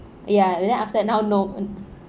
ya and then after that now no